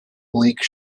bleak